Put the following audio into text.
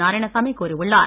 நாராயணசாமி கூறியுள்ளார்